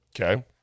Okay